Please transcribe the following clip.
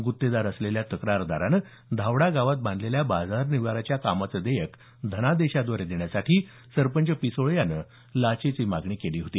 गुत्तेदार असलेल्या तक्रारदारानं धावडा गावात बाधलेल्या बाजार निवाऱ्याच्या कामाचं देयक धनादेशाद्वारे देण्यासाठी सरपंच पिसोळे यानं लाचेची मागणी केली होती